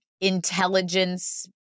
intelligence